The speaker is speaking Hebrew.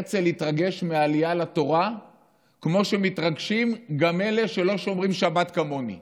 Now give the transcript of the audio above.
הרצל התרגש מהעלייה לתורה כמו שמתרגשים גם אלה שלא שומרים שבת כמוני,